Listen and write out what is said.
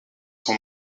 son